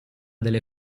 delle